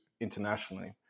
internationally